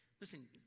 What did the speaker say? Listen